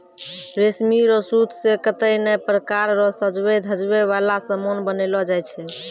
रेशमी रो सूत से कतै नै प्रकार रो सजवै धजवै वाला समान बनैलो जाय छै